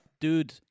Dude